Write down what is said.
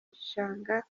gishanga